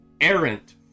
errant